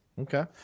Okay